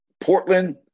Portland